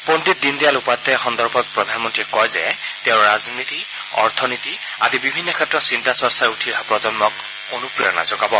পণ্ডিত দীনদয়াল উপাধ্যায় সন্দৰ্ভত প্ৰধানমন্ত্ৰীয়ে কয় যে তেওঁৰ ৰাজনীতি অৰ্থনীতি আদি বিভিন্ন ক্ষেত্ৰৰ চিন্তা চৰ্চাই উঠি অহা প্ৰজন্মক অনুপ্ৰেৰণা যোগাব